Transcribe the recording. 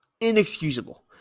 Inexcusable